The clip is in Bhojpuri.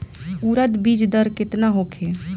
उरद बीज दर केतना होखे?